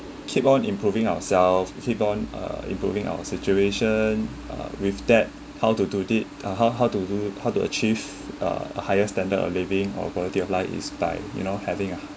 keep on improving ourselves keep on uh improving our situation uh with that how to do it or how how to how to achieve uh higher standard of living or quality of life is tight you know having a